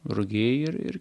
rugiai ir ir